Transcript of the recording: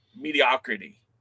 mediocrity